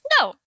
no